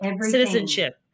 citizenship